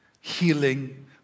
healing